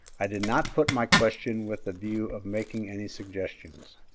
i did not put my question with a view of making any suggestions.